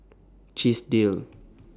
Chesdale